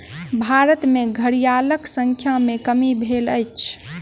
भारत में घड़ियालक संख्या में कमी भेल अछि